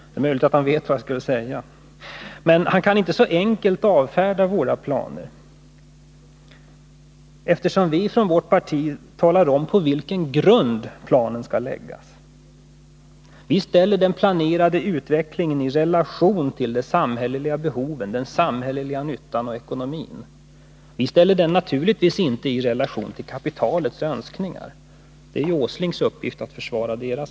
Det är möjligt att han visste vad jag skulle säga. Men han kan inte avfärda våra planer så enkelt, eftersom vi i vårt parti talar om på vilken grund planerna skall läggas. Vi ställer den planerade utvecklingen i relation till de samhälleliga behoven, den samhälleliga nyttan och ekonomin. Vi ställer den naturligtvis inte i relation till kapitalets önskningar — det är Nils Åslings uppgift att försvara dem.